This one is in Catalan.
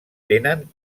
tenen